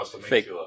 Fake